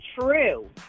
true